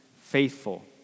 faithful